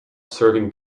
serving